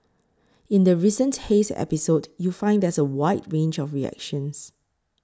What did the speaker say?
in the recent haze episode you find there's a wide range of reactions